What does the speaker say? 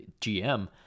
GM